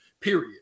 period